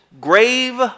grave